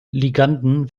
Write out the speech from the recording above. liganden